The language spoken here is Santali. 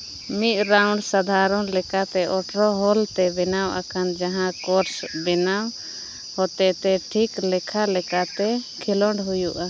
ᱢᱤᱫ ᱨᱟᱣᱩᱱᱰ ᱥᱟᱫᱷᱟᱨᱚᱱ ᱞᱮᱠᱟᱛᱮ ᱟᱴᱷᱨᱚ ᱦᱚᱞᱛᱮ ᱵᱮᱱᱟᱣ ᱟᱠᱟᱱ ᱡᱟᱦᱟᱸ ᱠᱳᱨᱥ ᱵᱮᱱᱟᱣ ᱦᱚᱛ ᱛᱮ ᱴᱷᱤᱠ ᱞᱮᱠᱷᱟ ᱞᱮᱠᱷᱟ ᱛᱮ ᱠᱷᱮᱞᱳᱰ ᱦᱩᱭᱩᱜᱼᱟ